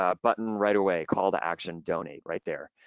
ah button right away call to action donate right there.